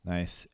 Nice